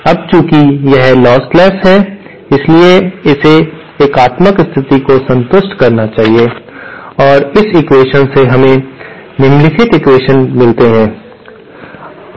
अब चूंकि यह लॉसलेस है इसलिए इसे एकात्मक स्थिति को संतुष्ट करना चाहिए और इस एक्वेशन से हमें निम्नलिखित एक्वेशन मिलते हैं